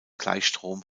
gleichstrom